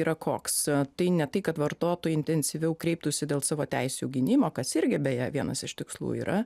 yra koks tai ne tai kad vartotojai intensyviau kreiptųsi dėl savo teisių gynimo kas irgi beje vienas iš tikslų yra